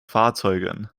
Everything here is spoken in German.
fahrzeugen